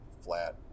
flat